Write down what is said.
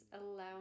allow